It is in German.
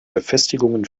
befestigungen